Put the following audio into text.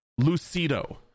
Lucido